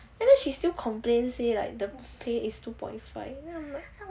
and then she still complain say like the pay is two point five then I am like